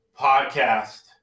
podcast